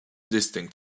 distinct